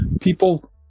people